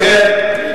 לכן,